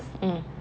mm